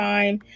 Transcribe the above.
Time